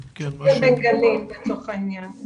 ------ לא עבד, כל הקפסולות האלה לא עבדו.